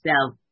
self